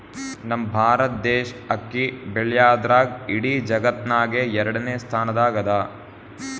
ನಮ್ ಭಾರತ್ ದೇಶ್ ಅಕ್ಕಿ ಬೆಳ್ಯಾದ್ರ್ದಾಗ್ ಇಡೀ ಜಗತ್ತ್ನಾಗೆ ಎರಡನೇ ಸ್ತಾನ್ದಾಗ್ ಅದಾ